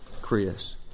Chris